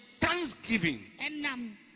thanksgiving